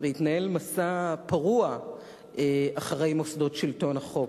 והתנהל מסע פרוע אחרי מוסדות שלטון החוק,